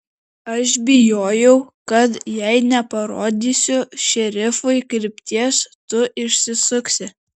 aš bijojau kad jei neparodysiu šerifui krypties tu išsisuksi